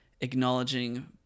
acknowledging